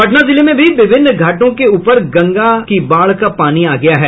पटना जिले में भी विभिन्न घाटों के ऊपर गंगा की बाढ़ का पानी आ गया है